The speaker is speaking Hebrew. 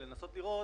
ולנסות לראות